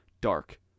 dark